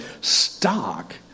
stock